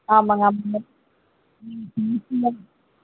ஆமாம்ங்க ஆமாம்ங்க நீங்கள்